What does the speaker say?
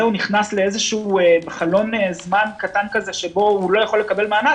הוא נכנס לאיזה חלון זמן קטן כזה שבו הוא לא יכול לקבל מענק,